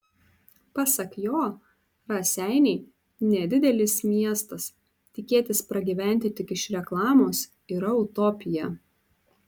pasak jo raseiniai nedidelis miestas tikėtis pragyventi tik iš reklamos yra utopija